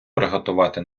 приготувати